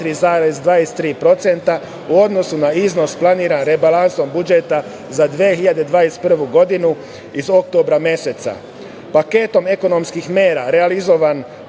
4,23% u odnosu na iznos planiran rebalansom budžeta za 2021. godinu iz oktobra meseca. Paket ekonomskih mera realizovan